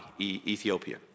Ethiopia